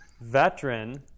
veteran